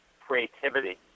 creativity